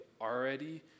already